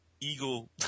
eagle